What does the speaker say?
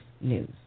news